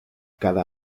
cada